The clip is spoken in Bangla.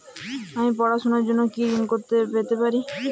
আমি পড়াশুনার জন্য কি ঋন পেতে পারি?